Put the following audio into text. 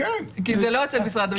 כי זה לא אצל משרד המשפטים.